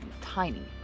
tiny